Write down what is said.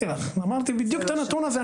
אמרתי בדיוק את הנתון הזה.